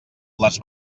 les